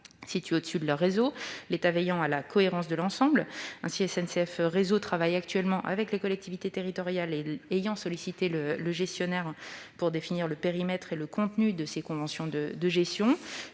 situés au-dessus de leur réseau, l'État veillant à la cohérence de l'ensemble. Ainsi, SNCF Réseau travaille actuellement avec les collectivités territoriales ayant sollicité le gestionnaire pour définir le périmètre et le contenu des conventions de gestion.